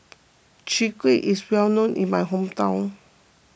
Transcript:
Chwee Kueh is well known in my hometown